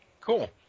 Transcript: Cool